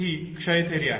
ही क्षय थेअरी आहे